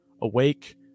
awake